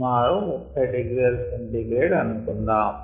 సుమారు 30 ºC అనుకుందాము